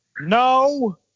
No